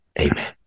Amen